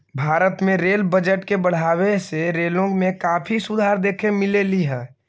भारत में rail budget के बढ़ावे से रेलों में काफी सुधार देखे मिललई